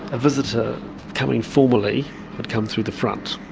a visitor coming formally would come through the front,